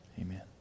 Amen